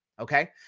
okay